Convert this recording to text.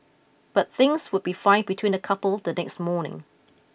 but things would be fine between the couple the next morning